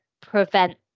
prevent